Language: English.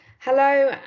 Hello